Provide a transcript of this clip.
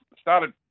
Started